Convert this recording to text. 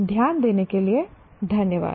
ध्यान देने के लिये धन्यवाद